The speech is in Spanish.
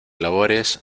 labores